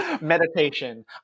meditation